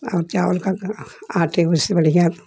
और चावल का आटे को उससे बढ़िया